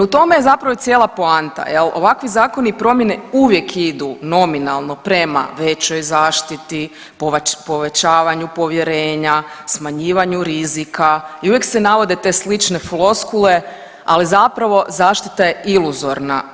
No u tome je zapravo cijela poanta, ovakvi zakoni i promjene uvijek idu nominalno prema većoj zaštiti, povećavanju povjerenja, smanjivanju rizika i uvijek se navode te slične floskule, ali zapravo zaštita je iluzorna.